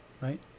right